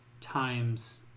times